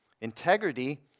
Integrity